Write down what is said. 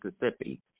Mississippi